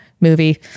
movie